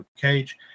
cage